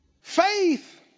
faith